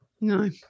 No